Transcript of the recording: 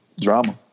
drama